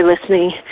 listening